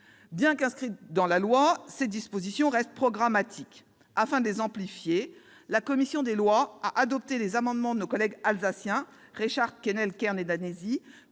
Bien qu'inscrites dans la loi, ces dispositions restent programmatiques. Afin de les amplifier, la commission des lois a adopté les amendements de nos collègues alsaciens Reichardt, Kennel, Kern et Danesi